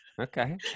Okay